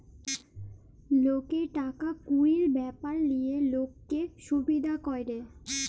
লকের টাকা কুড়ির ব্যাপার লিয়ে লক্কে সুবিধা ক্যরে